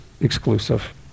exclusive